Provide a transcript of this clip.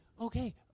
Okay